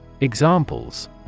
Examples